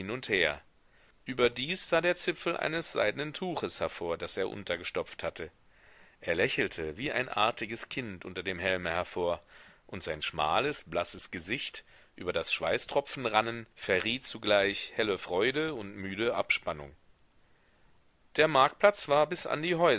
und her überdies sah der zipfel eines seidnen tuches hervor das er untergestopft hatte er lächelte wie ein artiges kind unter dem helme hervor und sein schmales blasses gesicht über das schweißtropfen rannen verriet zugleich helle freude und müde abspannung der marktplatz war bis an die